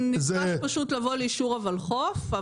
הוא פשוט נדרש לבוא לאישור הוולחו"ף.